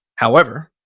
however,